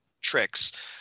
tricks